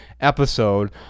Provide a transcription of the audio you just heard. episode